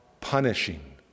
punishing